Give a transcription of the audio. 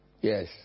Yes